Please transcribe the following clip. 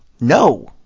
No